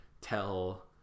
tell